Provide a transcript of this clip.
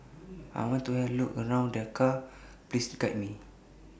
I want to Have A Look around Dhaka Please Guide Me